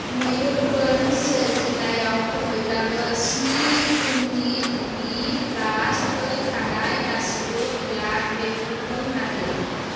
मयुरभन्ज जिल्लायाव खमैब्लाबो स्नि इउनिट बि प्लास थै थानाय गासिबो ब्लाड बेंकफोरखौ नागिर